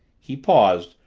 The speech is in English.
he paused,